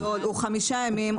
הוא חמישה ימים,